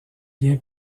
bien